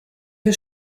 wir